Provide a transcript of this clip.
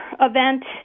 event